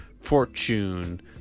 fortune